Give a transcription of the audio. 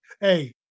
hey